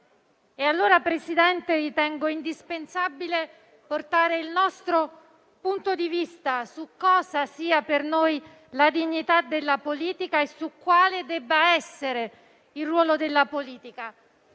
allora, Presidente, ritengo indispensabile portare il nostro punto di vista su cosa sia per noi la dignità della politica e su quale debba essere il ruolo della politica,